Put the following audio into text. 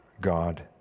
God